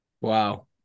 Wow